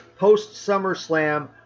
post-SummerSlam